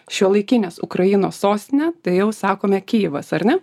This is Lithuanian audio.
šiuolaikinės ukrainos sostinę tai jau sakome kijivas ar ne